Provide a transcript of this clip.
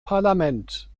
parlament